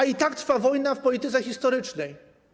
I tak trwa wojna w polityce historycznej.